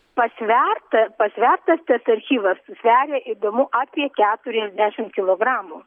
pasverta pasvertas tas archyvas sveria įdomu apie keturiasdešim kilogramų